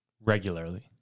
regularly